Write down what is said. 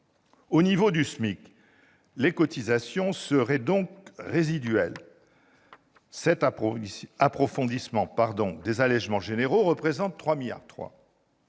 Au niveau du SMIC, les cotisations seraient donc résiduelles. Cet approfondissement des allégements généraux représente 3,3 milliards